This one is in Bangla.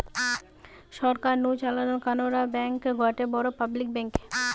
সরকার নু চালানো কানাড়া ব্যাঙ্ক গটে বড় পাবলিক ব্যাঙ্ক